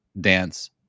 dance